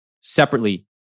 separately